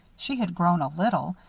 she had grown a little,